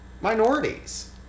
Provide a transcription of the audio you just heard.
minorities